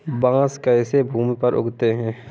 बांस कैसे भूमि पर उगते हैं?